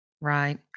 Right